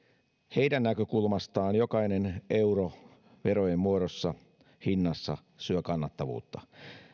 heidän näkökulmastaan jokainen euro verojen muodossa hinnassa syö kannattavuutta